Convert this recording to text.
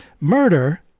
murder